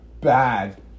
bad